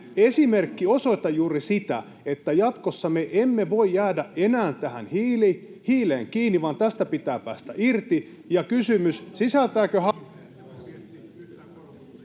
esimerkki osoita juuri sitä, että jatkossa me emme voi jäädä enää hiileen kiinni vaan siitä pitää päästä irti?